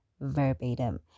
verbatim